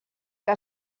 que